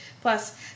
plus